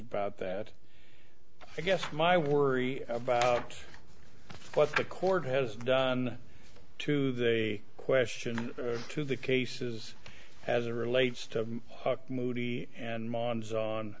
about that i guess my worry about what the court has done to they question to the cases as it relates to huck moody and mons on